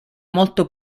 molto